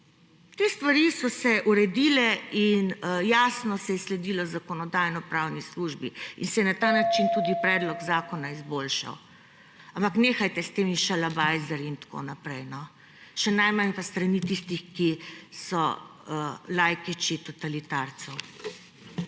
Te stvari so se uredile in jasno se je sledilo Zakonodajno-pravni službi in se je na ta način tudi predlog zakona izboljšal. Ampak nehajte s temi šalbajzerji in tako naprej. Še najmanj pa s strani tistih, ki so lajkiči totalitarcev.